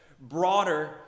broader